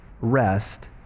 rest